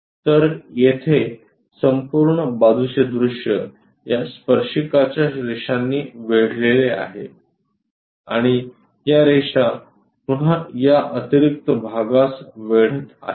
तर येथे संपूर्ण बाजूचे दृश्य या स्पर्शिकाच्या रेषांनी वेढलेले आहे आणि या रेषा पुन्हा या अतिरिक्त भागास वेढत आहेत